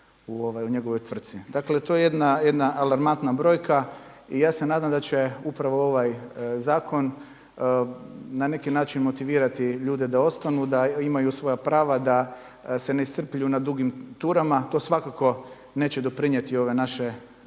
u njegovoj tvrci. Dakle to je jedna alarmantna brojka i ja se nadam da će upravo ovaj zakon na neki način motivirati ljude da ostanu, da imaju svoja prava, da se ne iscrpljuju na dugim turama to svakako neće doprinijeti ove naše